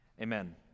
amen